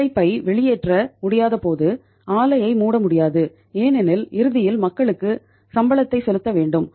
உழைப்பை வெளியேற்ற முடியாதபோது ஆலையை மூட முடியாது ஏனெனில் இறுதியில் மக்களுக்கு சம்பளத்தை செலுத்த வேண்டும்